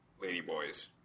ladyboys